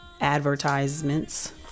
advertisements